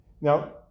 Now